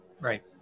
Right